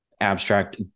abstract